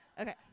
Okay